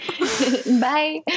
bye